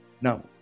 now